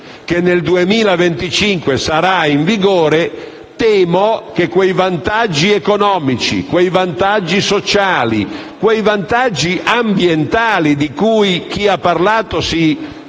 che nel 2025 sarà in vigore, temo che quei vantaggi economici, sociali e ambientali, di cui chi ha parlato si occupa